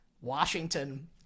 Washington